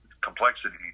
complexity